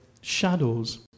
shadows